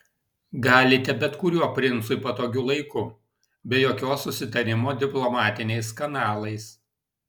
galite bet kuriuo princui patogiu laiku be jokio susitarimo diplomatiniais kanalais